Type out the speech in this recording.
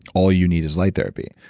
all you need is light therapy.